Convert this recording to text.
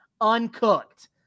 uncooked